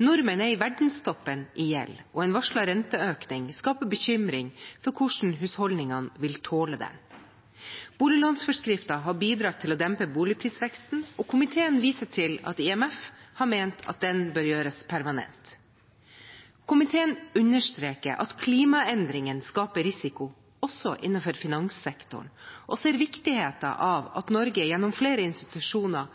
Nordmenn er i verdenstoppen i gjeld, og en varslet renteøkning skaper bekymring for hvordan husholdningene vil tåle den. Boliglånsforskriften har bidratt til å dempe boligprisveksten, og komiteen viser til at IMF har ment at den bør gjøres permanent. Komiteen understreker at klimaendringene skaper risiko også innenfor finanssektoren, og ser viktigheten av at Norge gjennom flere institusjoner